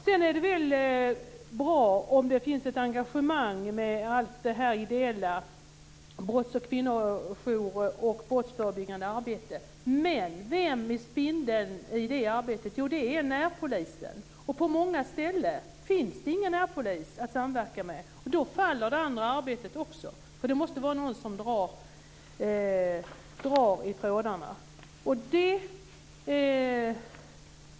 Det är väl bra om det finns ett engagemang, med allt det här ideella, det brottsförebyggande arbetet och kvinnojourerna. Men vem är spindeln i det arbetet? Jo, det är närpolisen, och på många ställen finns det ingen närpolis att samverka med. Då faller det andra arbetet också. Det måste vara någon som drar i trådarna. Det saknas.